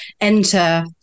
enter